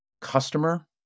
customer